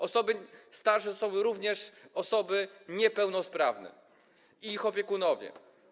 Osoby starsze to są również osoby niepełnosprawne i ich opiekunowie.